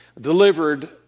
delivered